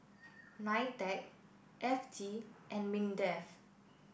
NITEC F T and MINDEF